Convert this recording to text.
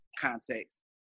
context